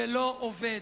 זה לא עובד.